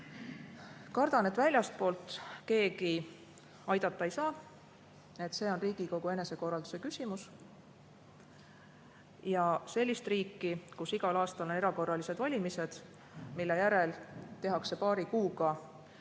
Kardan, et väljastpoolt keegi aidata ei saa. See on Riigikogu enesekorralduse küsimus. Ja selline riik, kus igal aastal on erakorralised valimised, mille järel tehakse paari kuuga